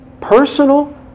Personal